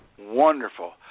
Wonderful